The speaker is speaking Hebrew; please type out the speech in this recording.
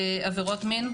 עבירות מין,